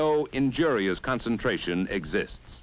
no injurious concentration exist